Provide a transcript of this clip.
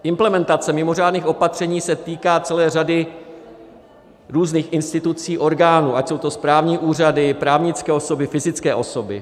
Implementace mimořádných opatření se týká celé řady různých institucí, orgánů, ať jsou to správní úřady, právnické osoby, fyzické osoby.